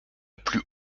plus